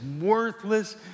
worthless